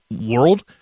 world